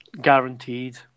guaranteed